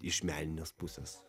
iš meninės pusės